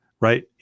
right